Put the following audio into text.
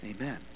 Amen